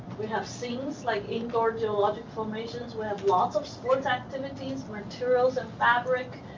we have scenes like indoor, geologic formations. we have lots of sports activities, materials and fabric,